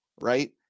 Right